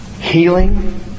healing